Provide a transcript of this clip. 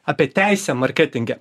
apie teisę marketinge